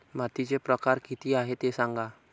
मातीचे प्रकार किती आहे ते सांगा